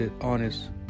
honest